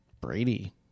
Brady